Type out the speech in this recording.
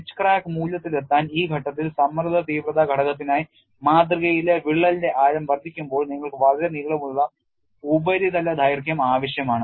edge crack മൂല്യത്തിലെത്താൻ ഈ ഘട്ടത്തിൽ സമ്മർദ്ദ തീവ്രത ഘടകത്തിനായി മാതൃകയിലെ വിള്ളലിന്റെ ആഴം വർദ്ധിക്കുമ്പോൾ നിങ്ങൾക്ക് വളരെ നീളമുള്ള ഉപരിതല ദൈർഘ്യം ആവശ്യമാണ്